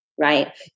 right